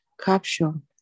Caption